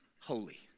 holy